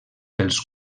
pels